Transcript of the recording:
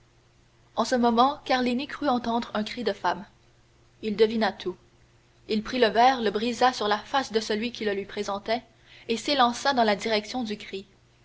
en ce moment carlini crut entendre un cri de femme il devina tout il prit le verre le brisa sur la face de celui qui le lui présentait et s'élança dans la direction du cri